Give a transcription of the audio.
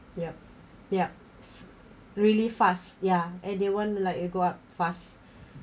yup yup really fast ya and they want to like you go up fast